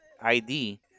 ID